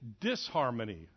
disharmony